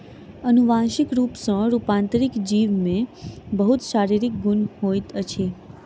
अनुवांशिक रूप सॅ रूपांतरित जीव में बहुत शारीरिक गुण होइत छै